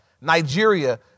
Nigeria